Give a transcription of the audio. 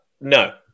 No